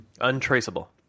Untraceable